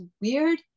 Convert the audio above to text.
weird